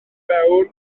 fewn